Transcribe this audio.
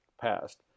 passed